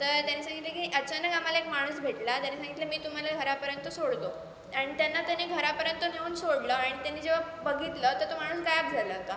तर त्यांनी सांगितले की अचानक आम्हाला एक माणूस भेटला त्याने सांगितलं मी तुम्हाला घरापर्यंत सोडतो आणि त्यांना त्याने घरापर्यंत नेऊन सोडलं आणि त्यांनी जेव्हा बघितलं तर तो माणूस गायब झाला होता